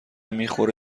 میخوره